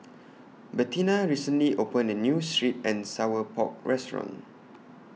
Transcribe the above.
Bettina recently opened A New Sweet and Sour Pork Restaurant